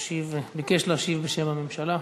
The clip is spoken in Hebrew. ביקש להשיב בשם הממשלה.